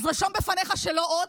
אז רשום בפניך שלא עוד,